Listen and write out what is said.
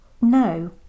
no